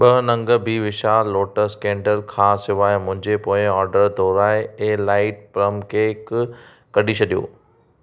ॿ नंग बि विशाल लोटस कैंडल खां सवाइ मुंहिंजो पोएं ऑडर दुहिराएं एलाइट प्लम केक कढी छॾियो